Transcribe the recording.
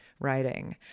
writing